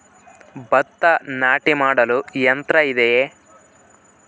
ಭತ್ತ ನಾಟಿ ಮಾಡಲು ಯಂತ್ರ ಇದೆಯೇ?